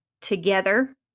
together